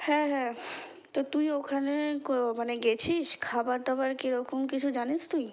হ্যাঁ হ্যাঁ তো তুই ওখানে মানে গেছিস খাবারদাবার কী রকম কিছু জানিস তুই